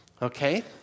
Okay